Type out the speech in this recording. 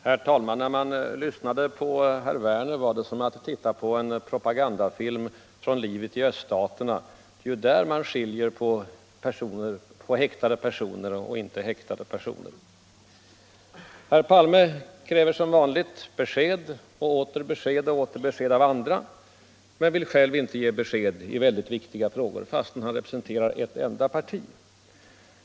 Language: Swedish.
Herr talman! När man lyssnade på herr Werner i Tyresö var det som att titta på en propagandafilm från livet i öststaterna. Det är ju där man delar upp folk i två kategorier: häktade och ännu inte häktade personer. Herr Palme kräver som vanligt besked och åter besked av andra, men vill själv inte ge besked i viktiga frågor, fast han representerar ett enda parti.